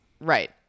right